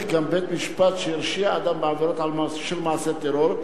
גם בית-משפט שהרשיע אדם בעבירות של מעשה טרור,